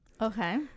Okay